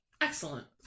Excellent